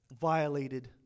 violated